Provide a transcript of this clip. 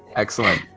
excellent